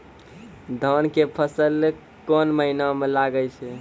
धान के फसल कोन महिना म लागे छै?